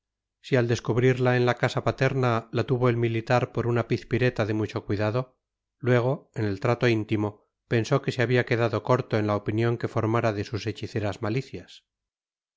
si al descubrirla en la casa paterna la tuvo el militar por una pizpireta de mucho cuidado luego en el trato íntimo pensó que se había quedado corto en la opinión que formara de sus hechiceras malicias